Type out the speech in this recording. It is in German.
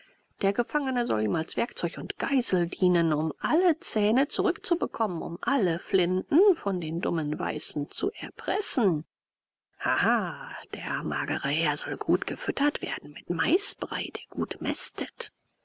der gefangene soll ihm als werkzeug und geisel dienen um alle zähne zurückzubekommen um alle flinten von den dummen weißen zu erpressen haha der magere herr soll gut gefüttert werden mit maisbrei der gut mästet